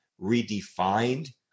redefined